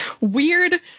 weird